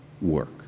work